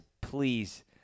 Please